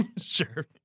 Sure